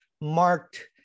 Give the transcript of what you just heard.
marked